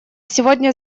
сегодня